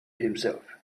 himself